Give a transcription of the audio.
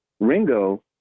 ringo